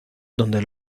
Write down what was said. donde